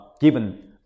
given